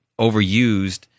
overused